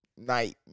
Night